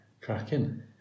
Cracking